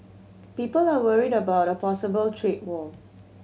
people are worried about a possible trade war